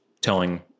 telling